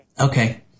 Okay